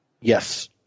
Yes